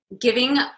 giving